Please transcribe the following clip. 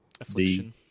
Affliction